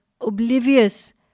oblivious